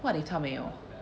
what if 他没有